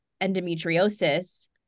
endometriosis